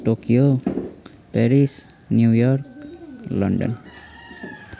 Tokyo Paris New York London